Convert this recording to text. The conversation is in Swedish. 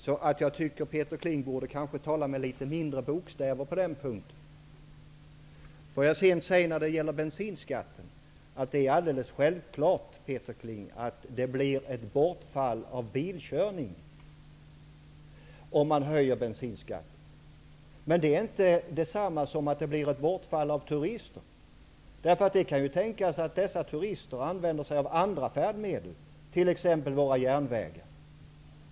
Jag tycker därför att Peter Kling borde tala med litet mindre bokstäver i det avseendet. Får jag sedan när det gäller bensinskatten säga, Peter Kling, att det är alldeles självklart att det blir mindre bilkörning om man höjer bensinskatten. Men det är inte detsamma som att det blir en minskning av antalet turister. Man kan ju tänka sig att dessa turister använder sig av andra färdmedel, t.ex. våra järnvägar.